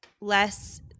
less